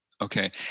Okay